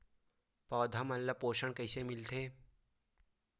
पौधा मन ला पोषण कइसे मिलथे?